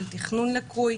של תכנון לקוי,